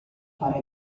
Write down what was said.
fare